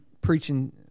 preaching